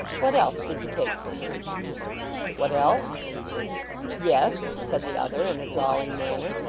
what else did you take from her what else yes, said the other, in a drawling manner,